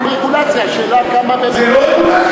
עם רגולציה, השאלה היא כמה, זה לא רגולציה.